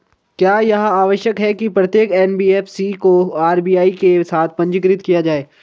क्या यह आवश्यक है कि प्रत्येक एन.बी.एफ.सी को आर.बी.आई के साथ पंजीकृत किया जाए?